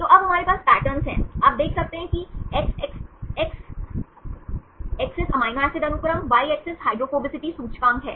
तो अब हमारे पास पैटर्न हैं आप देख सकते हैं एक्स अक्ष एमिनो एसिड अनुक्रम वाई अक्ष हाइड्रोफोबिसिटी सूचकांक है